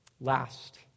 Last